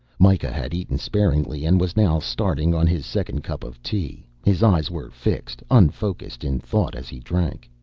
mikah had eaten sparingly and was now starting on his second cup of tea. his eyes were fixed, unfocused in thought as he drank.